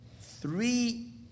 Three